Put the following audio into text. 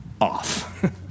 off